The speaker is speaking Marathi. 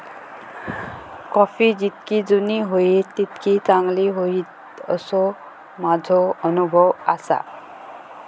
कॉफी जितकी जुनी होईत तितकी चांगली होईत, असो माझो अनुभव आसा